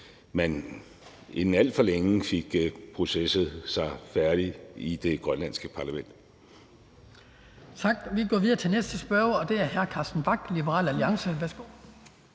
man inden alt for længe fik processet sig færdig i det grønlandske parlament.